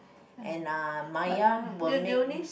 and uh Maya will make